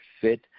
fit